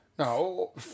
No